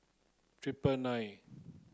triple nine